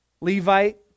Levite